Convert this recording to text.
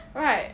right